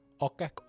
Okay